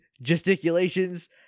gesticulations